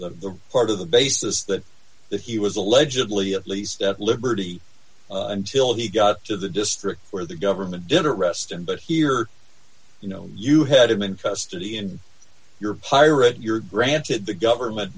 part of the basis that that he was allegedly at least at liberty until he got to the district where the government didn't arrest him but here you know you had him in custody and you're a pirate you're granted the government